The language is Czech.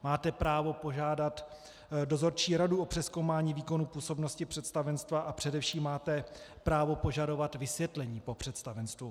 Máte právo požádat dozorčí radu o přezkoumání výkonu působnosti představenstva a především máte právo požadovat vysvětlení po představenstvu.